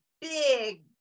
big